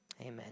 Amen